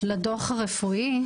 לדוח הרפואי,